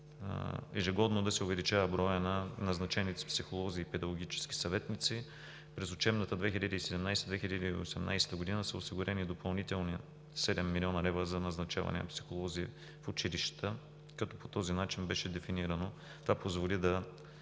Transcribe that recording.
ежегодно да се увеличава броят на назначените психолози и педагогически съветници. През учебната 2017 – 2018 г. са осигурени допълнителни 7 млн. лв. за назначаване на психолози в училищата, като по този начин беше дефинирано и това позволи да